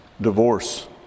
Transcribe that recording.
divorce